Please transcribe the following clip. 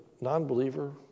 non-believer